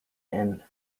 and